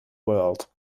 world